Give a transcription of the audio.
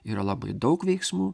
yra labai daug veiksmų